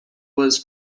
was